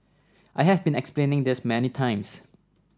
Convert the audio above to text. I have been explaining this many times